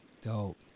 Dope